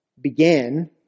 began